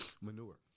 manure